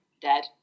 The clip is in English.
dead